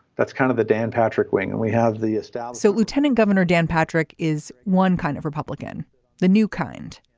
that's kind of the dan patrick wing and we have the estate so lieutenant governor dan patrick is one kind of republican the new kind.